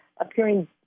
appearing